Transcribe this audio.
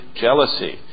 jealousy